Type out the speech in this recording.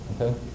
okay